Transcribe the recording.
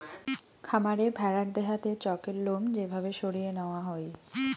খামারে ভেড়ার দেহাতে চকের লোম যে ভাবে সরিয়ে নেওয়া হই